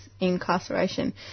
incarceration